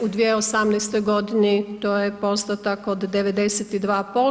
U 2018. g. to je postotak od 92%